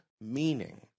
meaning